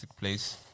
place